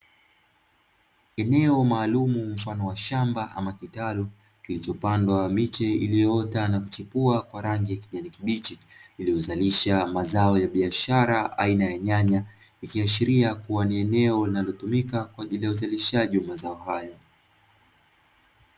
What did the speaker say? Eneo maalum mfano wa shamba ama kitalu, kilicho pandwa miche iliyochipua kwa rangi ya kijani kibichi linalozalisha mazao ya biashara mfano wa nyanya ikiashiria ni eneo linalotumika kwaajili yauzalishaji wa mazao hayo.